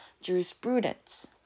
jurisprudence